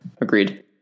Agreed